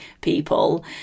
people